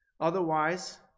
Otherwise